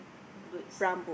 boots